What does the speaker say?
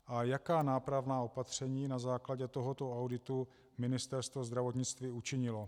A jaká nápravná opatření na základě tohoto auditu Ministerstvo zdravotnictví učinilo?